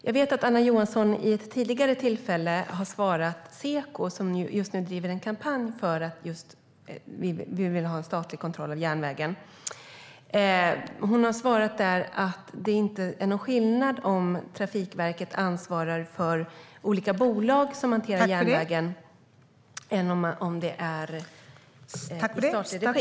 Jag vet att Anna Johansson vid ett tidigare tillfälle har svarat Seko, som just nu driver en kampanj för en statlig kontroll av järnvägen, att det inte är någon skillnad om Trafikverket ansvarar för olika bolag som hanterar järnvägen eller om det är i statlig regi.